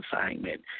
assignment